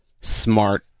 smart